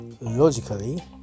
logically